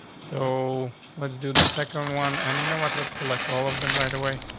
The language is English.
so let's do the second one. and you know what? let's select all of them right away.